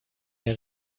der